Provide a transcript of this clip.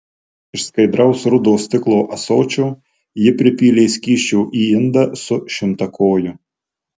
iš skaidraus rudo stiklo ąsočio ji pripylė skysčio į indą su šimtakoju